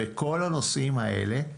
בכל הנושאים האלה,